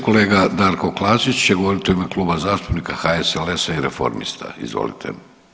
Kolega Darko Klasić će govoriti u ime Kluba zastupnika HSLS-a i reformista, izvolite.